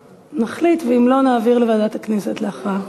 נחליט, ואם לא, נעביר לוועדת הכנסת להכרעה.